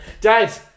dad